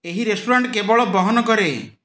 ଏହି ରେଷ୍ଟୁରାଣ୍ଟ କେବଳ ବହନ କରେ